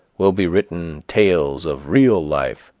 will be written tales of real life,